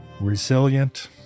Resilient